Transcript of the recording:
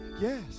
Yes